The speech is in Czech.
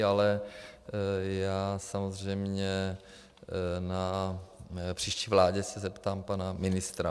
Ale já samozřejmě na příští vládě se zeptám pana ministra.